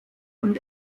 und